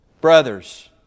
Brothers